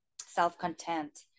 self-content